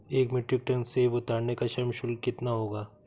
एक metric ton सेव उतारने का श्रम शुल्क कितना होगा?